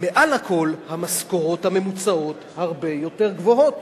מעל הכול, המשכורות הממוצעות הרבה יותר גבוהות.